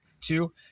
Two